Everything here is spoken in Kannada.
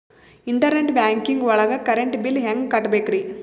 ಇಂಟರ್ನೆಟ್ ಬ್ಯಾಂಕಿಂಗ್ ಒಳಗ್ ಕರೆಂಟ್ ಬಿಲ್ ಹೆಂಗ್ ಕಟ್ಟ್ ಬೇಕ್ರಿ?